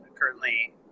currently